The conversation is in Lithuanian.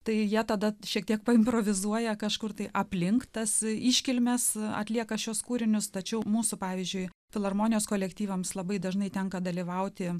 tai jie tada šiek tiek improvizuoja kažkur tai aplink tas iškilmes atlieka šiuos kūrinius tačiau mūsų pavyzdžiui filharmonijos kolektyvams labai dažnai tenka dalyvauti